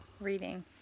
reading